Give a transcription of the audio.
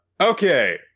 okay